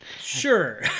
Sure